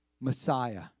Messiah